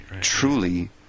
truly